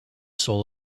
soul